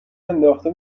انداخته